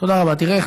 תודה.